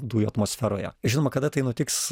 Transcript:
dujų atmosferoje žinoma kada tai nutiks